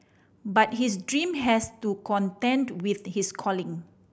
but his dream has to contend with his calling